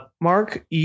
mark